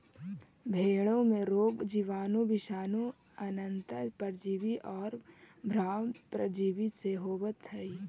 भेंड़ों में रोग जीवाणु, विषाणु, अन्तः परजीवी और बाह्य परजीवी से होवत हई